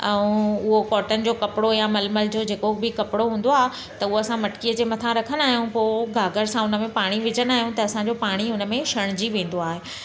ऐं उहो कॉटन जो कपिड़ो या मलमल जो जेको बि कपिड़ो हूंदो आहे त उहा असां मटकीअ जे मथा रखंदा आहियूं पोइ घाघरि सां उनमें पाणी विझंदा आहियूं त असांजो पाणी हुनमें छणिजी वेंदो आहे